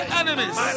enemies